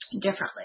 differently